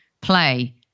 play